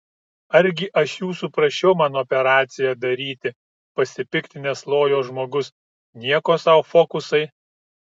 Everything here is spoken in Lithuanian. argi aš jūsų prašiau man operaciją daryti pasipiktinęs lojo žmogus nieko sau fokusai